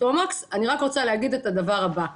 אני רק רוצה להגיד את הדבר הבא,